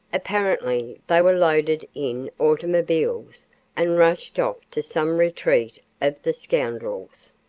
apparently they were loaded in automobiles and rushed off to some retreat of the scoundrels.